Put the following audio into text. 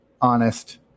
honest